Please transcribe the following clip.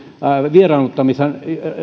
vieraannuttamisen